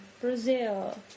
Brazil